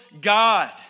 God